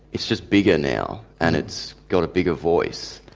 it's just bigger now and it's got a bigger voice.